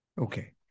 Okay